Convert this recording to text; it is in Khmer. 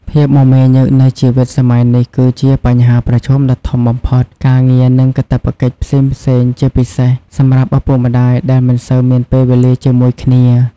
ភាពមមាញឹកនៃជីវិតសម័យនេះគឺជាបញ្ហាប្រឈមដ៏ធំបំផុត ការងារ និងកាតព្វកិច្ចផ្សេងៗ ជាពិសេសសម្រាប់ឪពុកម្ដាយដែលមិនសូវមានពេលវេលាជាមួយគ្នា ។